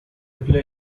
play